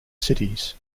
cities